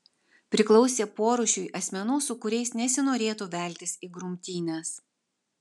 priklausė porūšiui asmenų su kuriais nesinorėtų veltis į grumtynes